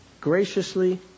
graciously